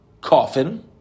coffin